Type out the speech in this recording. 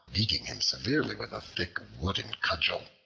beating him severely with a thick wooden cudgel.